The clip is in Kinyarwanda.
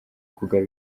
kugaba